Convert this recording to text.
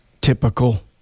Typical